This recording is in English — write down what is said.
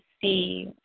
see